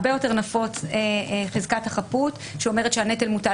הרבה יותר נפוץ חזקת החפות שאומרת שהנטל מוטל